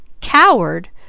Coward